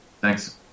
Thanks